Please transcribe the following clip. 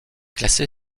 classé